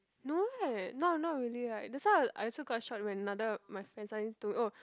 no right not not really right that's why I I also quite shock when neither my friends are into oh